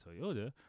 toyota